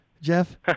Jeff